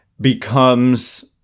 becomes